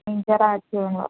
ఇంకా రాజకీయంలో